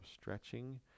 stretching